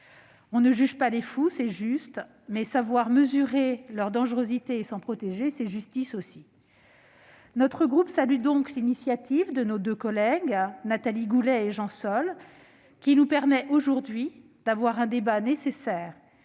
On ne juge pas les fous, c'est juste, mais savoir mesurer leur dangerosité et s'en protéger, c'est également justice. Notre groupe salue l'initiative de nos deux collègues Nathalie Goulet et Jean Sol, qui nous donne l'occasion d'avoir aujourd'hui un débat nécessaire